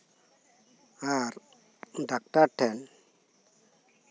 ᱟᱨ doctor ᱴᱷᱮᱱ